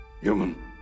human